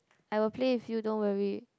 I will play with you don't worry